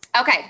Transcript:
Okay